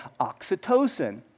oxytocin